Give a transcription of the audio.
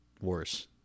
Worse